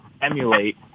emulate